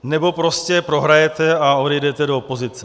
Nebo prostě prohrajete a odejdete do opozice.